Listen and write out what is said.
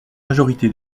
majorité